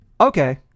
Okay